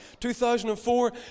2004